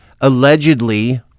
allegedly